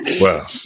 wow